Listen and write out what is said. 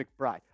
McBride